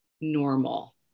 normal